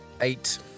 Eight